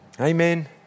Amen